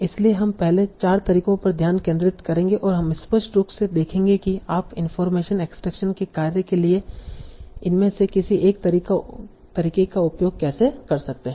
इसलिए हम पहले 4 तरीकों पर ध्यान केंद्रित करेंगे और हम स्पष्ट रूप से देखेंगे कि आप इनफार्मेशन एक्सट्रैक्शन के कार्य के लिए इनमें से किसी एक तरीके का उपयोग कैसे कर सकते हैं